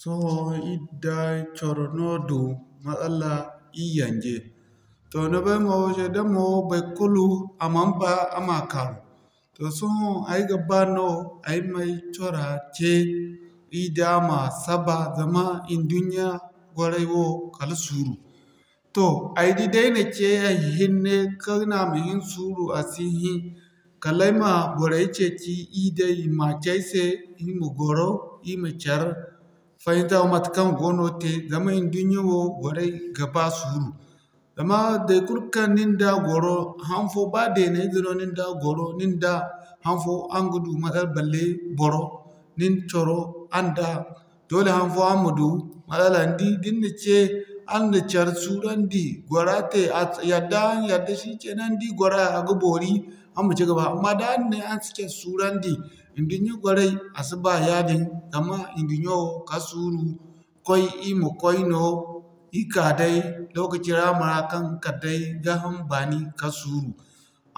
Sohõ ir da coro no du masala, ir yaŋje. Toh ni bay mo, sedan mo baikulu man ba a ma kaarum. Toh sohõ ay ga baa no ay ma ay cora cee ir da ma saba, zama idunya gwaray wo kala suuru. Toh ay di da ay na ce ay hinne kane a ma hinsuru a si hin kala ay ma boray ceeci i day, i ma cee ay se ir ma gwaro ir ma care fahimtawa matekaŋ goono te zama idunya wo gwaray ga ba suuru. Zama baikulu kaŋ nin da gwaro hanfo ba deena ize no nin da gwaro nin da hanfo araŋ ga du masala balle boro ni coro araŋ da doole hanfo araŋ ma du masala. Ni di da ni na ce araŋ na care suurandi, gwara te at a yadda araŋ yadda shikenan ni di gwara a ga boori araŋ ma cigaba. Amma da araŋ ne an si care suurandi idunya gwaray, a si ba yaadin zama idunyo wo kala suuru, koy ir ma koy no, ir ka day lokaci yaamo ra kaŋ kala day gaa ham baani kala suuru.